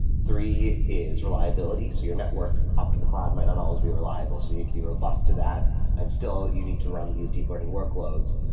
three is reliabilities. so your network up to the cloud might not always be reliable. so you need to robust to that and, still, you need to run these deep learning workloads,